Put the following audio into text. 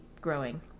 growing